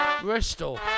Bristol